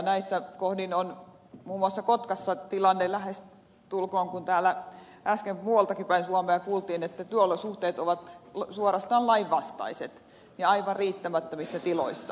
näissä kohdin muun muassa kotkassa toimitaan lähestulkoon kun täällä äsken muualtakin päin suomea kuultiin että työolosuhteet ovat suorastaan lainvastaiset aivan riittämättömissä tiloissa